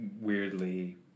weirdly